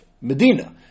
medina